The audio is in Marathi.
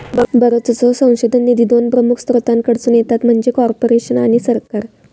बरोचसो संशोधन निधी दोन प्रमुख स्त्रोतांकडसून येता ते म्हणजे कॉर्पोरेशन आणि सरकार